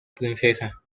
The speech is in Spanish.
princesa